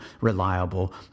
reliable